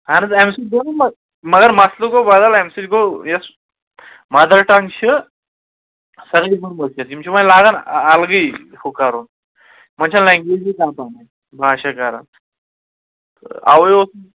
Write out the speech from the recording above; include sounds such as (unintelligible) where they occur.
اَہَن حظ اَمہِ سۭتۍ گوٚو نہٕ مہٕ مگر مسلہٕ گوٚو بَدَل اَمہِ سۭتۍ گوٚو یۄس مَدَر ٹنٛگ چھِ (unintelligible) یِم چھِ وۄنۍ لاگان اَلگٕے ہُہ کَرُن یِمَن چھَنہٕ لینٛگویجی کانٛہہ (unintelligible) باشاہ کَران تہٕ اَوَے اوس